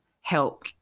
help